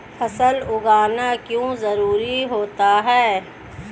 फसल उगाना क्यों जरूरी होता है?